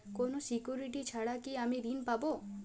কোনো সিকুরিটি ছাড়া কি আমি ঋণ পাবো?